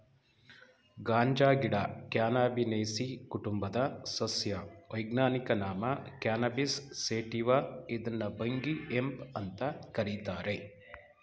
ಗಾಂಜಾಗಿಡ cannabinaceae ಕುಟುಂಬದ ಸಸ್ಯ ವೈಜ್ಞಾನಿಕ ನಾಮ ಕ್ಯಾನಬಿಸ್ ಸೇಟಿವ ಇದ್ನ ಭಂಗಿ ಹೆಂಪ್ ಅಂತ ಕರೀತಾರೆ